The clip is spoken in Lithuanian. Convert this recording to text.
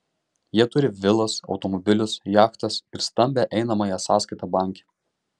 jie turi vilas automobilius jachtas ir stambią einamąją sąskaitą banke